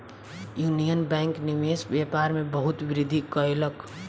union Bank निवेश व्यापार में बहुत वृद्धि कयलक